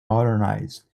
modernized